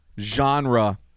genre